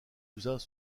cousins